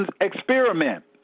experiment